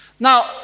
Now